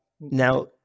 Now